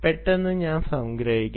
പെട്ടെന്ന് ഞാൻ സംഗ്രഹിക്കാം